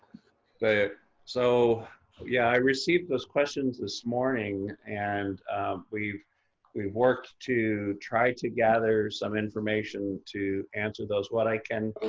ah so yeah, i received those questions this morning and we've we've worked to try to gather some information to answer those, what i can